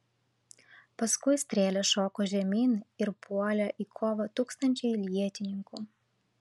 paskui strėles šoko žemyn ir puolė į kovą tūkstančiai ietininkų